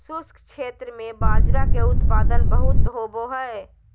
शुष्क क्षेत्र में बाजरा के उत्पादन बहुत होवो हय